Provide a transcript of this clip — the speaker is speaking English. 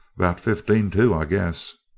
about fifteen two, i guess.